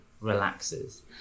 relaxes